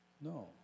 No